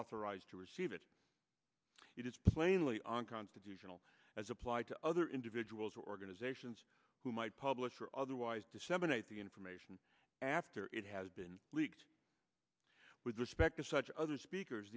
authorized to receive it it is plainly on constitutional as applied to other individuals or organizations who might publish or otherwise disseminate the information after it has been leaked with respect to such other speakers